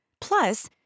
Plus